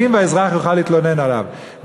האזרח יוכל להתלונן עליו והוא יעמוד לדין.